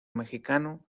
mexicano